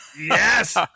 Yes